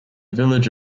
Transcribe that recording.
village